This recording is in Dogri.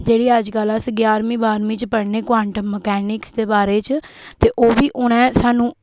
जेह्ड़ी अज्जकल अस ग्यारह्मी बाह्रमी च पढ़ने कोआंट्म मकैनिक्स दे बारे च ते ओह् बी उ'नें सानू